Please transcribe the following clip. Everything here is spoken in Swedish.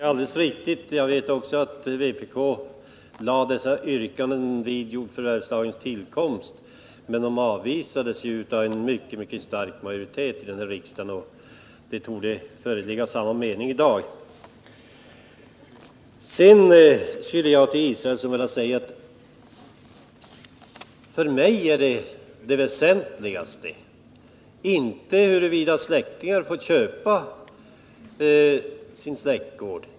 Herr talman! Det är alldeles riktigt att vpk lade fram dessa yrkanden vid jordförvärvslagens tillkomst. Men de avvisades ju av en mycket stark majoritet i riksdagen, och det torde föreligga samma mening här i dag. Sedan vill jag säga till Per Israelsson att för mig är inte det väsentligaste huruvida släktingar får köpa sin släktgård.